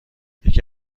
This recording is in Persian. یکی